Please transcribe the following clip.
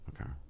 Okay